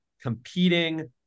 competing